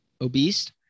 obese